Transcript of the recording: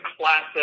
classic